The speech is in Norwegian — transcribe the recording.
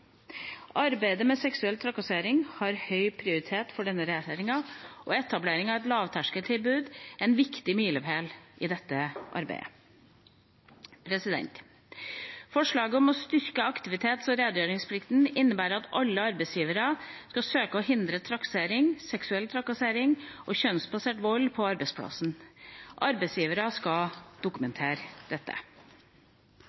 Arbeidet med seksuell trakassering har høy prioritet for denne regjeringa, og etableringen av et lavterskeltilbud er en viktig milepæl i dette arbeidet. Forslaget om styrking av aktivitets- og redegjørelsesplikten innebærer at alle arbeidsgivere skal søke å hindre trakassering, seksuell trakassering og kjønnsbasert vold på arbeidsplassen. Arbeidsgivere skal